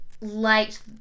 liked